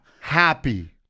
happy